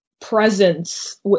presence